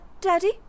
Daddy